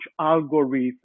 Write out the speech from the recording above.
algorithms